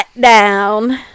down